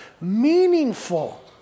meaningful